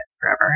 forever